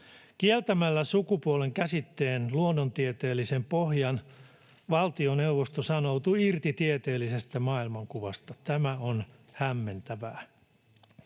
Kieltämällä sukupuolen käsitteen luonnontieteellisen pohjan valtioneuvosto sanoutuu irti tieteellisestä maailmankuvasta. Tämä on hämmentävää.